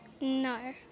No